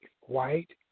white